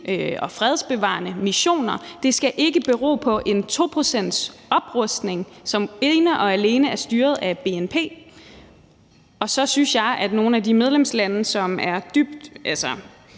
og fredsbevarende missioner. Det skal ikke bero på en 2-procentsoprustning, som ene og alene er styret af bnp. Og så synes jeg måske heller ikke, at nogle af de medlemslande, som er dybt